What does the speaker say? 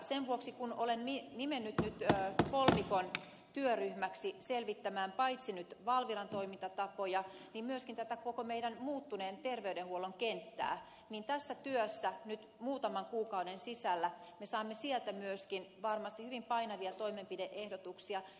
sen vuoksi olen nimennyt nyt kolmikon työryhmäksi selvittämään paitsi valviran toimintatapoja myöskin tätä koko meidän muuttuneen terveydenhuollon kenttää ja tästä työstä nyt muutaman kuukauden sisällä me saamme myöskin varmasti hyvin painavia toimenpide ehdotuksia